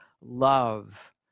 love